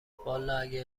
والا، اگه